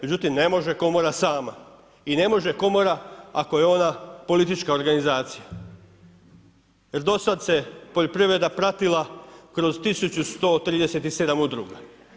Međutim, ne može Komora sama i ne može Komora ako je ona politička organizacija jer do sad se poljoprivreda pratila kroz 1137 udruga.